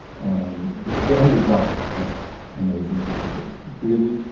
and the the end result is just amazing because it really